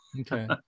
okay